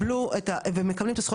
הם מעוכבים עד שיוצאים מישראל.